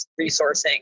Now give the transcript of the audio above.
resourcing